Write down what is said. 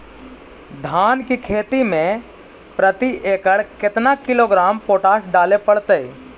धान की खेती में प्रति एकड़ केतना किलोग्राम पोटास डाले पड़तई?